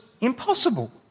impossible